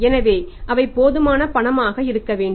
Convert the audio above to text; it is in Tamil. எனவே அவை போதுமான பணம் இருக்க வேண்டும்